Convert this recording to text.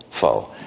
foe